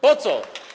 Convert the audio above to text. Po co?